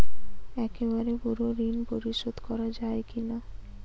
একবারে পুরো ঋণ পরিশোধ করা যায় কি না?